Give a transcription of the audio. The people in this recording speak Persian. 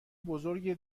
بزرگ